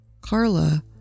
Carla